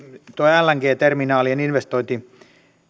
tuo lng terminaalien investointituki